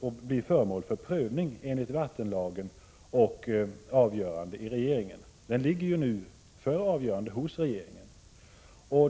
och bli föremål för prövning enligt vattenlagen och avgörande i regeringen. Frågan ligger för närvarande för avgörande hos regeringen.